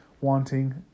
wanting